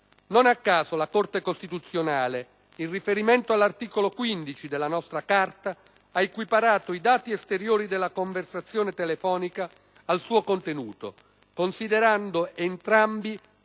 Non a caso la Corte costituzionale, in riferimento all'articolo 15 della nostra Carta, ha equiparato i dati esteriori della conversazione telefonica al suo contenuto, considerando entrambi